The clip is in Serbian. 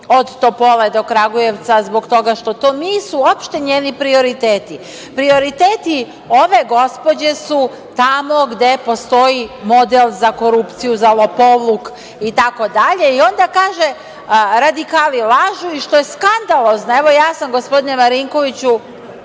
od Topole do Kragujevca, zbog toga što to nisu uopšte njeni prioriteti. Prioriteti ove gospođe su tamo gde postoji model za korupciju, za lopovluk, itd. I onda kaže - radikali lažu. I što je skandalozno, evo, ja sam, gospodine Marinkoviću,